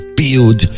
build